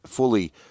fully